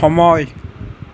সময়